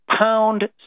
pound